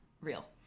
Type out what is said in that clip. real